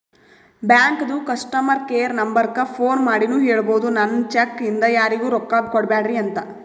ಬ್ಯಾಂಕದು customer care ನಂಬರಕ್ಕ phone ಮಾಡಿನೂ ಹೇಳ್ಬೋದು, ನನ್ ಚೆಕ್ ಇಂದ ಯಾರಿಗೂ ರೊಕ್ಕಾ ಕೊಡ್ಬ್ಯಾಡ್ರಿ ಅಂತ